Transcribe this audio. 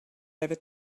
ever